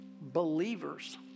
believers